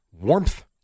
warmth